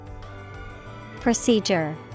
Procedure